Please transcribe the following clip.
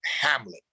Hamlet